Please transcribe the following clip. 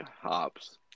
hops